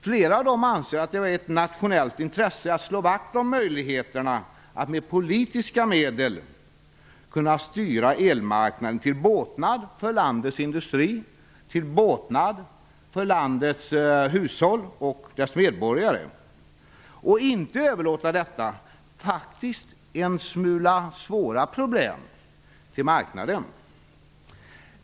Flera av dem anser det vara ett nationellt intresse att slå vakt om möjligheterna att med politiska medel styra elmarknaden till båtnad för landets industri, hushåll och medborgare och inte överlåta detta faktiskt en smula svåra problem till marknaden.